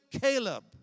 Caleb